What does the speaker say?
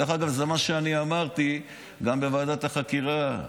זה גם מה שאמרתי בוועדת החקירה.